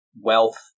wealth